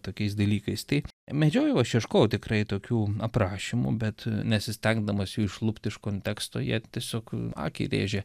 tokiais dalykais tai medžiojau aš ieškojau tikrai tokių aprašymų bet nesistengdamas jų išlupti iš konteksto jie tiesiog akį rėžė